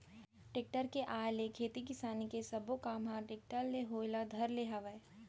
tractor के आए ले खेती किसानी के सबो काम ह टेक्टरे ले होय ल धर ले हवय